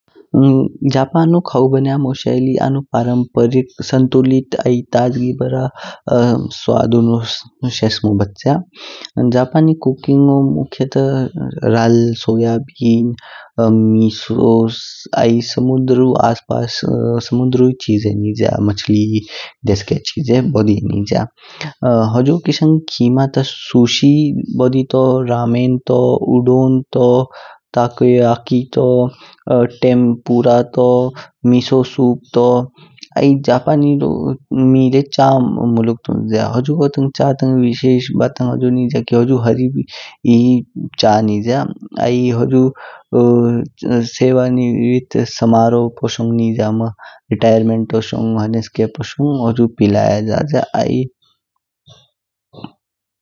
जापानु खावु बण्यमो शेळी आनु परम्परिक, सन्तुलित आई ताज़गी ब्रा स्वादु नुस्क शेषमो ब्च्य। जापानी कॉकिंगो मुख्यथ राल, सोया बीन, मीसू आाई समुद्रू अस पास समुद्रू चिजे निज़्यस, मचाली डेस्के चिजे बोडी निज्या। होजो किशांग खिमा ता सुशी बोडी तू, रामेन तू, उडोन तू, तक्यो यति तू, तेम पुरा तू, मीसू तू। आई जापानी मी ल्य्य चा मुळक तुंग्ज्या, हुझुगो तांग्चा तांग विशेष बातंग हुझू निज़्य की हुझू हरि चा नीज्य। आई हुझू सेवा नृवृत्त स्म्मरोहु पू शंग निज्या मह। रेटाइर्मेंटोन शोङ, ह्नेस्के पू शोंग हुझू पीलाया जा।